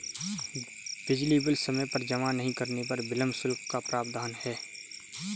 बिजली बिल समय पर जमा नहीं करने पर विलम्ब शुल्क का प्रावधान है